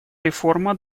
реформа